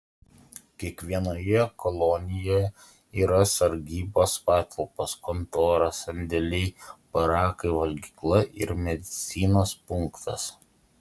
kiekvienoje kolonijoje yra sargybos patalpos kontora sandėliai barakai valgykla ir medicinos punktas